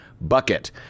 bucket